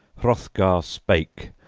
hrothgar spake,